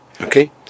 Okay